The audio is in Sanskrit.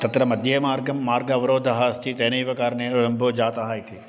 तत्र मध्ये मार्गं मार्ग अवरोधः अस्ति तेनैव कारणेन विलम्बो जातः इति